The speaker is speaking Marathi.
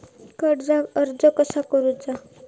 कर्जाक अर्ज कसा करुचा?